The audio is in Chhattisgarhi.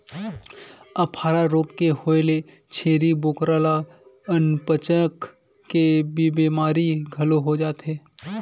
अफारा रोग के होए ले छेरी बोकरा ल अनपचक के बेमारी घलो हो जाथे